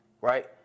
right